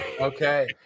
Okay